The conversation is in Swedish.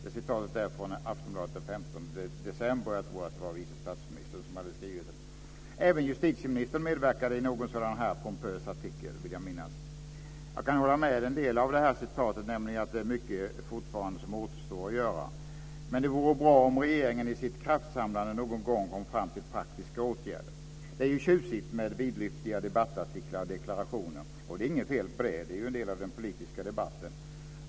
Det citatet är från Aftonbladet den 15 december, och jag tror att det var vice statsministern som hade skrivit det. Även justitieministern medverkade i någon sådan här pompös artikel vill jag minnas. Jag kan hålla med om en del av det här citatet, nämligen att det fortfarande är mycket som återstår att göra. Men det vore bra om regeringen i sitt kraftsamlande någon gång kom fram till praktiska åtgärder. Det är ju tjusigt med vidlyftiga debattartiklar och deklarationer. Det är inget fel med det, det är ju en del av den politiska debatten.